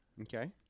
Okay